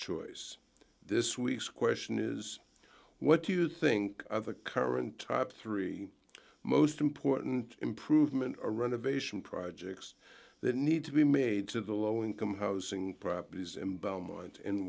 choice this week's question is what do you think of the current top three most important improvement or renovation projects that need to be made to the low income housing properties in belmont